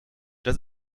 das